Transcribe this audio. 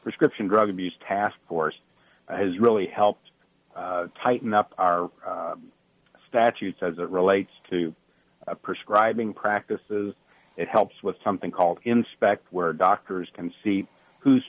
prescription drug abuse task force has really helped tighten up our statutes as it relates to perscribe ing practices it helps with something called inspect where doctors can see who's